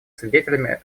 свидетелями